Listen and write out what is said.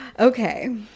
Okay